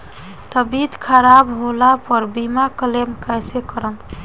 तबियत खराब होला पर बीमा क्लेम कैसे करम?